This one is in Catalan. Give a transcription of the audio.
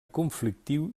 conflictiu